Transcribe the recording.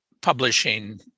publishing